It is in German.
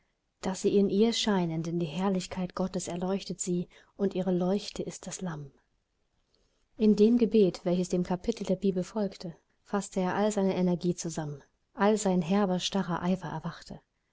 daß sie in ihr scheinen denn die herrlichkeit gottes erleuchtet sie und ihre leuchte ist das lamm in dem gebet welches dem kapitel der bibel folgte faßte er all seine energie zusammen all sein herber starrer eifer erwachte